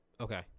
Okay